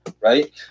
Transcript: right